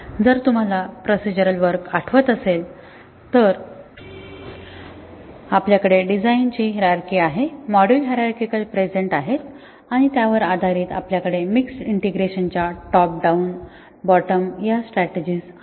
जर तुम्हाला procedural work आठवत असेल तर आपल्या कडे डिझाईन हिरारची आहे मॉड्यूल हिरार्चिकली प्रेझेंट आहेत आणि त्यावर आधारित आपल्या कडे मिक्सड इंटिग्रेशन च्या टॉप डाउन बॉटम या स्ट्रॅटेजी आहेत